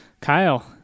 Kyle